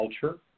culture